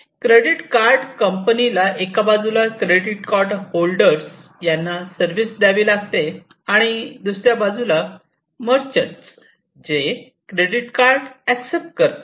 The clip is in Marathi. क्रेडिट कार्डच्या कंपनीला एका बाजूला क्रेडिट कार्ड होल्डर्स यांना सर्विस द्यावे लागते आणि दुसऱ्या बाजूला मर्चंट Merchants जे क्रेडिट कार्ड एक्सेप्ट करतात